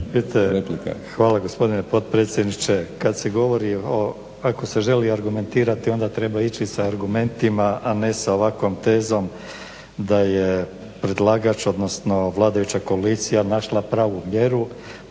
Hvala gospodine potpredsjedniče. Kada se govori ako se želi argumentirati onda treba ići sa argumentima, a ne sa ovakvom tezom da je predlagatelj odnosno vladajuća koalicija našla pravu mjeru